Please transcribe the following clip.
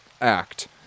act